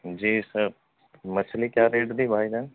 جی sir مچھلی کیا rate دی بھائی جان